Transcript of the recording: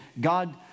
God